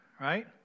right